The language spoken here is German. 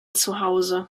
zuhause